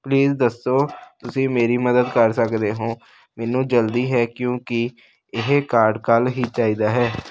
please ਦੱਸੋ ਤੁਸੀਂ ਮੇਰੀ ਮਦਦ ਕਰ ਸਕਦੇ ਹੋ ਮੈਨੂੰ ਜਲਦੀ ਹੈ ਕਿਉਂਕਿ ਇਹ ਕਾਰਡ ਕੱਲ੍ਹ ਹੀ ਚਾਹੀਦਾ ਹੈ